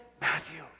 Matthew